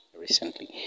recently